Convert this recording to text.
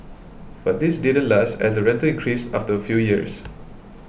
but this didn't last as the rental increased after a few years